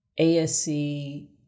ASC